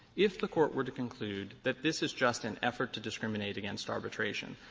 if the court were to conclude that this is just an effort to discriminate against arbitration,